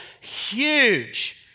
huge